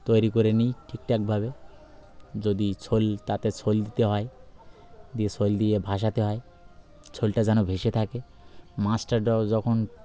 তৈরি করে নিই ঠিকঠাকভাবে যদি শোল তাতে শোল দিতে হয় দিয়ে শোল দিয়ে ভাষাতে হয় শোলটা যেন ভেসে থাকে মাছ টাছ রাও যখন